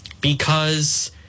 because-